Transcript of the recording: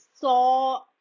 saw